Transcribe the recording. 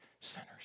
sinners